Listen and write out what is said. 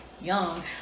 young